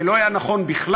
זה לא היה נכון בכלל,